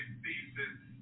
thesis